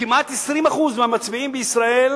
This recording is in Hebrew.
לכמעט 20% מהמצביעים בישראל